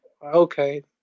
Okay